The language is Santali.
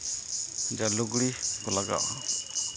ᱞᱩᱜᱽᱲᱤᱡ ᱠᱚ ᱞᱟᱜᱟᱜᱼᱟ